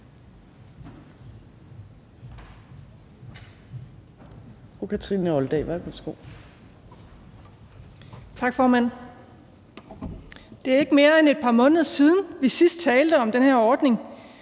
Det er ikke mere end et par måneder siden, vi sidst talte om den her ordning.